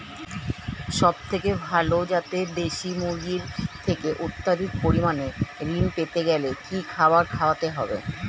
সবথেকে ভালো যাতে দেশি মুরগির থেকে অত্যাধিক পরিমাণে ঋণ পেতে গেলে কি খাবার খাওয়াতে হবে?